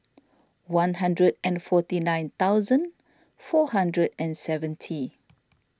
one hundred and forty nine thousand four hundred and seventy